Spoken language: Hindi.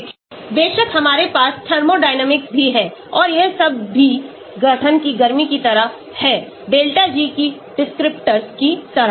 बेशक हमारे पासथर्मोडायनेमिक्स भी है और यह सब भी गठन की गर्मी की तरह है delta G कि descriptors की तरह